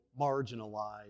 marginalized